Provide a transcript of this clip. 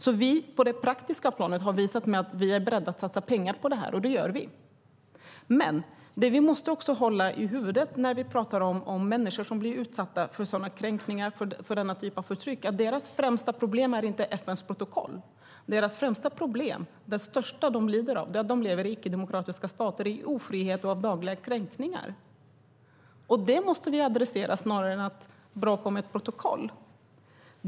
På det praktiska planet har vi alltså visat att vi är beredda att satsa pengar på det här, och det gör vi. Men det vi också måste hålla i huvudet när vi pratar om människor som blir utsatta för sådana kränkningar och för den typen av förtryck är att deras främsta problem inte är FN:s protokoll. Deras främsta problem, det största problemet som de lider av, är att de lever i icke-demokratiska stater, i ofrihet och med dagliga kränkningar. Det är det vi måste adressera snarare än att bråka om ett protokoll.